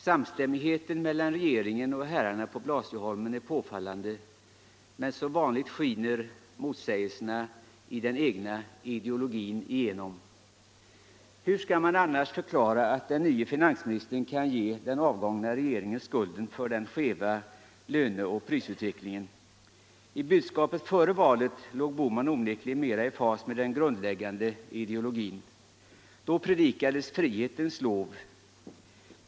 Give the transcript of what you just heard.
Samstämmigheten mellan regeringen och herrarna på Blasieholmen är påfallande, men som vanligt skiner motsägelserna i den egna ideologin igenom. Hur skall man annars förklara att den nye finansministern kan ge den avgångna regeringen skulden för den skeva lönceoch prisutvecklingen? I budskapet före valet låg herr Bohman onekligen mer i fas med den grundläggande ideologin. Då sjöngs frihetens lov.